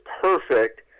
perfect